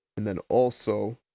and then also,